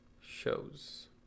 Shows